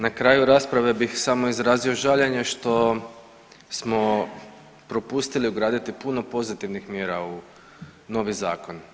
Na kraju rasprave bih samo izrazio žaljenje što smo propustili ugraditi puno pozitivnih mjera u novi zakon.